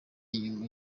inyuma